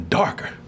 darker